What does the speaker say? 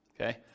okay